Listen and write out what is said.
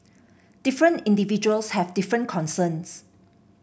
different individuals have different concerns